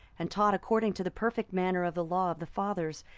and taught according to the perfect manner of the law of the fathers,